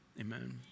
amen